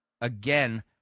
again